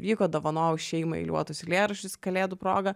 vyko dovanojau šeimai eiliuotus eilėraščius kalėdų proga